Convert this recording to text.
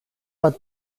have